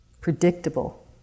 predictable